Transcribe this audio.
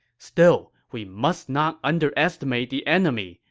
still, we must not underestimate the enemy,